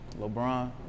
LeBron